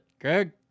Greg